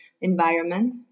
environment